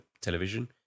television